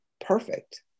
perfect